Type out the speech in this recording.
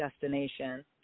destination